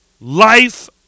life